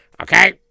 Okay